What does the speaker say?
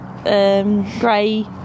Grey